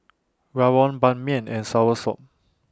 Rawon Ban Mian and Soursop